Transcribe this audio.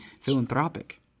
philanthropic